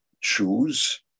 choose